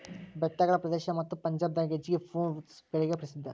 ಬೆಟ್ಟಗಳ ಪ್ರದೇಶ ಮತ್ತ ಪಂಜಾಬ್ ದಾಗ ಹೆಚ್ಚಾಗಿ ಪ್ರುನ್ಸ್ ಬೆಳಿಗೆ ಪ್ರಸಿದ್ಧಾ